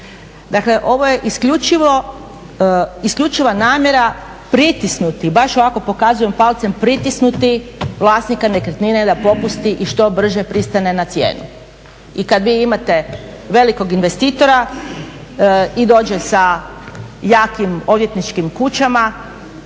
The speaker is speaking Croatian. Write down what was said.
isključivo, isključiva namjera pritisnuti, baš ovako pokazujem palcem, pritisnuti vlasnika nekretnine da popusti i što brže pristane na cijenu. I kad vi imate velikog investitora i dođe sa jakim odvjetničkim kućama